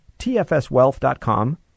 tfswealth.com